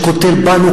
שקוטל בנו,